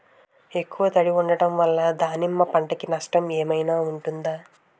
ఎక్కువ తడి ఉండడం వల్ల దానిమ్మ పంట కి నష్టం ఏమైనా ఉంటుందా?